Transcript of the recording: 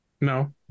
No